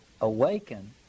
awaken